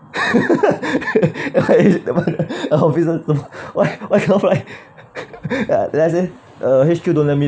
why why don't fly uh H_Q don't let me